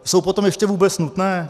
Jsou potom ještě vůbec nutné?